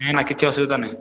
ନା ନା କିଛି ଅସୁବିଧା ନାହିଁ